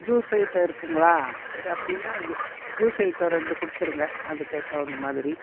juice item இருக்குதுங்களா சரி அப்படின்னா ஜூஸ் ஐட்டம் ரெண்டு கொடுத்துருங்க அதுக்கு தகுந்தமாதிரி